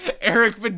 Eric